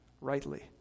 rightly